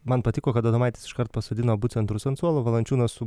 man patiko kad adomaitis iškart pasodino abu centrus ant suolo valančiūnas su